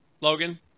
Logan